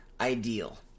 ideal